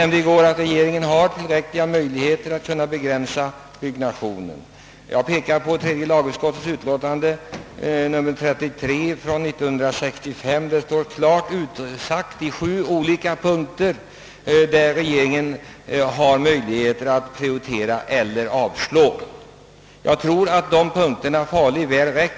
Jag sade i går att regeringen redan har tillräckliga möjligheter att begränsa byggnationen, och jag hänvisade till tredje lagutskottets utlåtande nr 33 år 1965. Där står det klart utsagt i sju punkter, när regeringen har möjligheter att prioritera eller avslå. Jag tror att de punkterna räcker gott och väl.